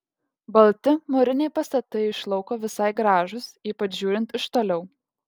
balti mūriniai pastatai iš lauko visai gražūs ypač žiūrint iš toliau